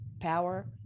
power